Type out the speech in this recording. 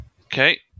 Okay